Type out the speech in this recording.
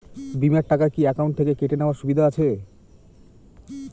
বিমার টাকা কি অ্যাকাউন্ট থেকে কেটে নেওয়ার সুবিধা আছে?